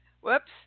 Whoops